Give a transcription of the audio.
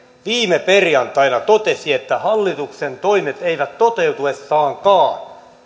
viime perjantaina totesi että hallituksen toimet eivät toteutuessaankaan